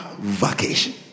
vacation